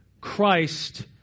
Christ